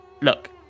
look